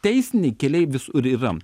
teisiniai keliai visur yra